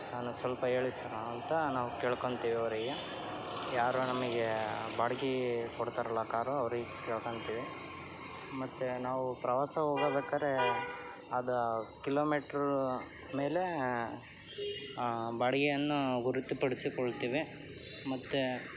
ಅನ್ನೋದು ಸ್ವಲ್ಪ ಹೇಳಿ ಸರ್ ಅಂತ ನಾವು ಕೇಳ್ಕೊಂತೀವಿ ಇವರಿಗೆ ಯಾರೋ ನಮಗೆ ಬಾಡಿಗೆ ಕೊಡ್ತಾರಲ್ಲ ಕಾರು ಅವರಿಗೆ ಕೇಳ್ಕೊಂತೀವಿ ಮತ್ತೆ ನಾವು ಪ್ರವಾಸ ಹೋಗಬೇಕಾದ್ರೆ ಅದ ಕಿಲೋಮೀಟ್ರ್ ಮೇಲೆ ಬಾಡಿಗೆಯನ್ನು ಗುರುತು ಪಡಿಸಿಕೊಳ್ತೇವೆ ಮತ್ತೆ